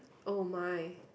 oh my